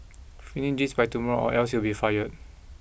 finish this by tomorrow or else you'll be fired